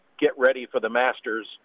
get-ready-for-the-Masters